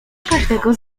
każdego